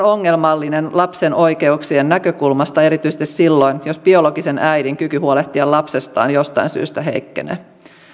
ongelmallinen lapsen oikeuksien näkökulmasta erityisesti silloin jos biologisen äidin kyky huolehtia lapsestaan jostain syystä heikkenee